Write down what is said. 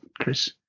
chris